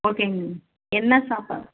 ஓகேங்க என்ன சாப்பாடு